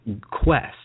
quest